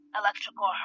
Electrical